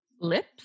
Lips